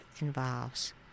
involves